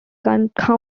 county